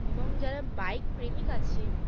এবং যারা বাইক প্রেমিক আছে